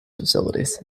facilities